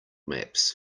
maps